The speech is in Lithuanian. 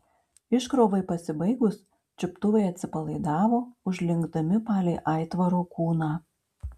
iškrovai pasibaigus čiuptuvai atsipalaidavo užlinkdami palei aitvaro kūną